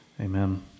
Amen